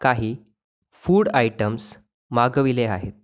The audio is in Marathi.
काही फूड आयटम्स मागविले आहेत